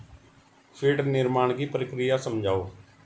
feed निर्माण की प्रक्रिया समझाओ